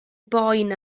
boen